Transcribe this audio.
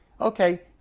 Okay